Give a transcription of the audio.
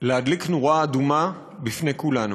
להדליק נורה אדומה אצל כולנו.